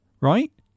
right